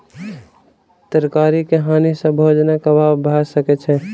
तरकारी के हानि सॅ भोजनक अभाव भअ सकै छै